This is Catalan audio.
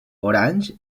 orange